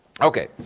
Okay